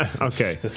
Okay